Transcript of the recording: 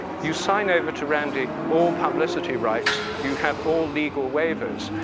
you sign over to randi all publicity rights. you have all legal waivers.